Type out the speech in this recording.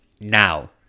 Now